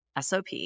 SOP